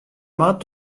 moat